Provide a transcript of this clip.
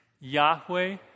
Yahweh